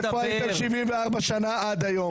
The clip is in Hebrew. איפה הייתם 74 שנים עד היום?